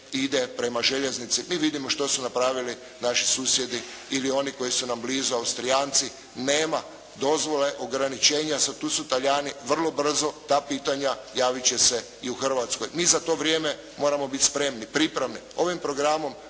ide prema željeznici. I vidimo što su napravili naši susjedi ili oni koji su nam blizu Austrijanci. Nema dozvole ograničenja, sad tu su Talijani. Vrlo brzo ta pitanja javit će se i u Hrvatskoj. Mi za to vrijeme moramo biti spremni, pripravni. Ovim programom